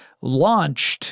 launched